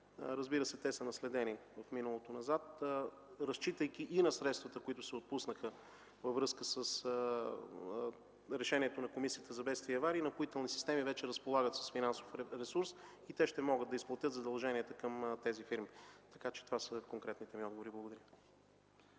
Разбира се, те са наследени от миналото. Разчитайки и на средствата, които се отпуснаха във връзка с решението на Комисията за бедствия и аварии, „Напоителни системи” вече разполагат с финансов ресурс и ще могат да изплатят задълженията към тези фирми. Това са конкретните ми отговори. Благодаря.